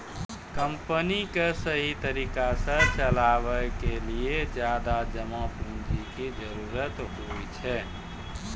company क सहि तरिका सह चलावे के लेलो ज्यादा जमा पुन्जी के जरुरत होइ छै